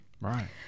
Right